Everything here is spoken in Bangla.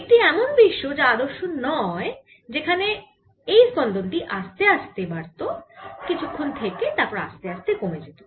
একটি এমন বিশ্ব যা আদর্শ নয় সেখানে এই স্পন্দন টি আস্তে আস্তে বাড়তকিছুক্ষন থেকে তারপর আস্তে আস্তে কমে যেত